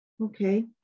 Okay